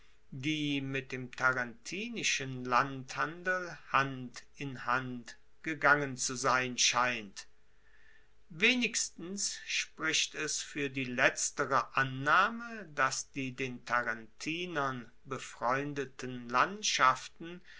die mit dem tarentinischen landhandel hand in hand gegangen zu sein scheint wenigstens spricht es fuer die letztere annahme dass die den tarentinern befreundeten landschaften